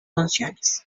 funciones